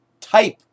type